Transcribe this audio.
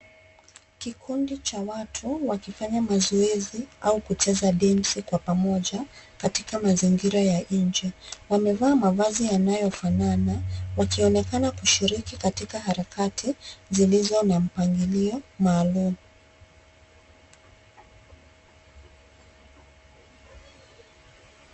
Kikundi cha watu wakifanya mazoezi au kucheza densi kwa pamoja, katika mazingira ya nje. Wamevaa mavazi yanayofanana wakionekana kushiriki katika harakati zilizo na mpangilio maalum.